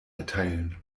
erteilen